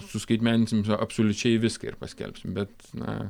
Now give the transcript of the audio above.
suskaitmeninsim absoliučiai viską ir paskelbsim bet na